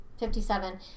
57